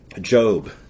Job